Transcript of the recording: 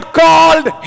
called